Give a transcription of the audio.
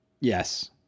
Yes